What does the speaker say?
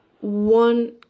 one